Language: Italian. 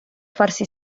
farsi